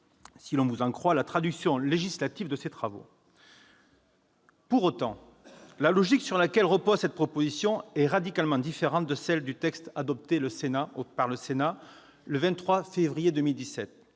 si l'on vous en croit, la traduction législative de ces travaux. Pour autant, la logique sur laquelle repose cette proposition de loi est radicalement différente de celle du texte adopté par le Sénat le 23 février 2017.